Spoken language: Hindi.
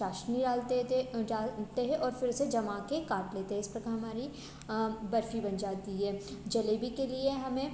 चाशनी डालते ते डालते हैं और फिर उसे जमा के काट लेते हैं इस प्रकार हमारी बर्फ़ी बन जाती है जलेबी के लिए हमें